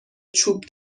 چوب